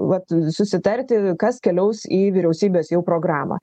vat susitarti kas keliaus į vyriausybės jau programą